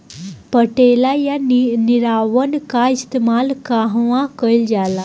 पटेला या निरावन का इस्तेमाल कहवा कइल जाला?